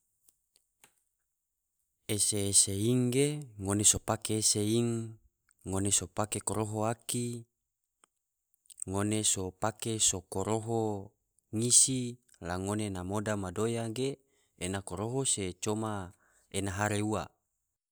Ese ese ing ge ngone so pake ese ing, ngone so pake koroho aki, ngone so pake so koroho ngisi, la ngone na moda madoya ge ena koroho se coma ena hare ua.